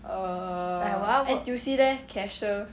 err N_T_U_C there cashier